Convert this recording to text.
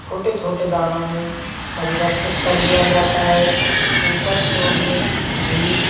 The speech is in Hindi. छोटे छोटे दानों में परिवर्तित कर दिया जाता है ऊपर से उनमें घी